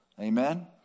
Amen